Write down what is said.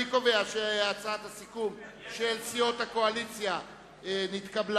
אני קובע שהצעת הסיכום של סיעות הקואליציה נתקבלה.